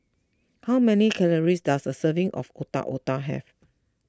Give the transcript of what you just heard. how many calories does a serving of Otak Otak have